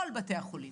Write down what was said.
כל בתי החולים,